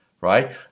Right